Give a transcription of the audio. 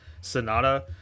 Sonata